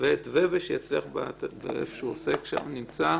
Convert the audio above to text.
ואת --- שיצליח במקום שהוא נמצא.